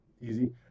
Easy